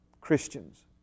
Christians